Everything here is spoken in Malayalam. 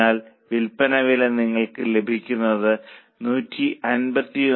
അതിനാൽ വിൽപ്പന വില നിങ്ങൾക്ക് ലഭിക്കുന്നത് 151